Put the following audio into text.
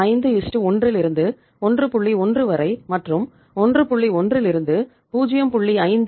51 ரிலிருந்து 11 வரை மற்றும் 11 ரிலிருந்து 0